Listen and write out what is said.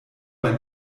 einen